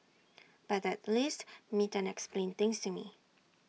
but at least meet and explain things to me